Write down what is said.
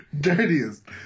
dirtiest